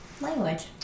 Language